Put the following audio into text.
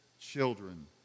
children